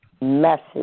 message